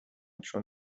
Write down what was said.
چون